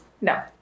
No